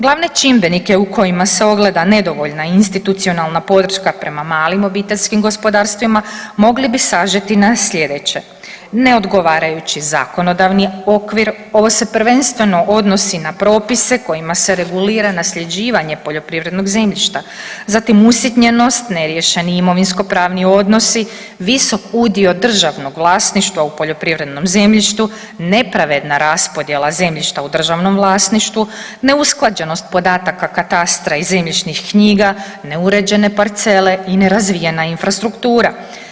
Glavne čimbenike u kojima se ogleda nedovoljna institucionalna podrška prema malim OPG-ima mogli bi sažeti na sljedeće, neodgovarajući zakonodavni okvir, ovo se prvenstveno odnosi na propise kojima se regulira nasljeđivanje poljoprivrednog zemljišta, zatim usitnjenost, neriješeni imovinskopravni odnosi, visok udio državnog vlasništva u poljoprivrednom zemljištu, nepravedna raspodjela zemljišta u državnom vlasništvu, neusklađenost podataka katastra i zemljišnih knjiga, neuređene parcele i nerazvijena infrastruktura.